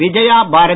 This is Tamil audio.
விஜயா பாரதி